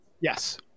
yes